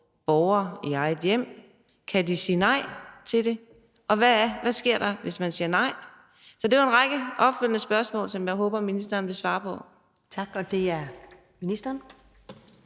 borgere i eget hjem? Kan de sige nej til det, og hvad sker der, hvis man siger nej? Det var en række opfølgende spørgsmål, som jeg håber ministeren vil svare på. Kl. 13:45 Første